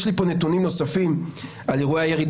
יש לי פה נתונים נוספים על אירועי הירי.